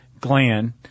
gland